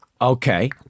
Okay